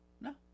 No